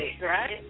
right